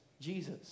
Jesus